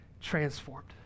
transformed